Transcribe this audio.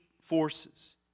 forces